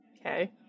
Okay